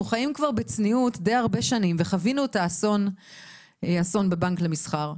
אנחנו חיים כבר בצניעות די הרבה שנים וחווינו את האסון בבנק למסחר.